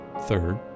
Third